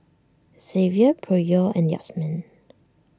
Zavier Pryor and Yazmin